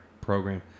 program